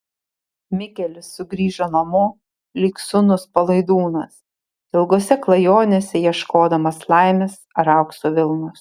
mikelis sugrįžo namo lyg sūnus palaidūnas ilgose klajonėse ieškodamas laimės ar aukso vilnos